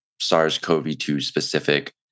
SARS-CoV-2-specific